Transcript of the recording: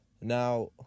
now